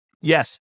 Yes